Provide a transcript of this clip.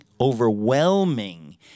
Overwhelming